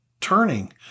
turning